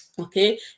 okay